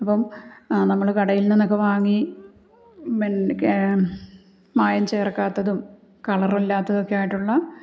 ഇപ്പം നമ്മൾ കടയിൽ നിന്നൊക്കെ വാങ്ങി പിൻ മായം ചേർക്കാത്തതും കളറില്ലാത്തതും ഒക്കെ ആയിട്ടുള്ള